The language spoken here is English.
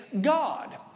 God